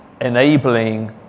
enabling